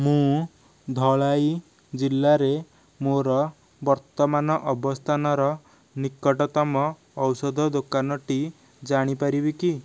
ମୁଁ ଧଲାଈ ଜିଲ୍ଲାରେ ମୋର ବର୍ତ୍ତମାନ ଅବସ୍ଥାନର ନିକଟତମ ଔଷଧ ଦୋକାନଟି ଜାଣିପାରିବି କି